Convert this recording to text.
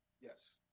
Yes